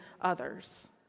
others